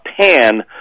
pan